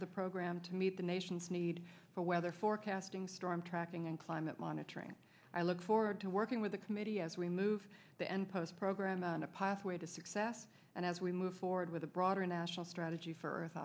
of the program to meet the nation's need for weather forecasting storm tracking and climate monitoring i look forward to working with the committee as we move the end post program on a path way to success and as we move forward with a broader national strategy for